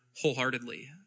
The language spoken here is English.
wholeheartedly